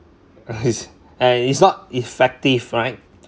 uh it's and it's not effective right